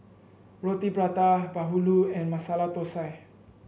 Roti Prata bahulu and Masala Thosai